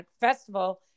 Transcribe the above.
festival